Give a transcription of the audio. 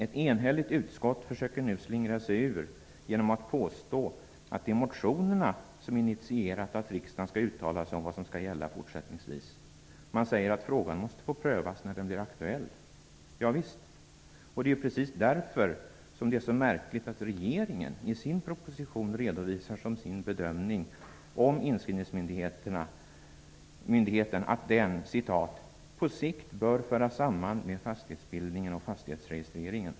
Ett enhälligt utskott försöker nu slingra sig ur genom att påstå att det är motionerna som initierat att riksdagen skall uttala sig om vad som skall gälla fortsättningsvis. Man säger att frågan måste få prövas när den blir aktuell. Javisst. Och det är ju precis därför som det är så märkligt att regeringen i sin proposition redovisar som sin bedömning om inskrivningsmyndigheten att den ''på sikt bör föras samman med fastighetsbildningen och fastighetsregistreringen''.